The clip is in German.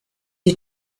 die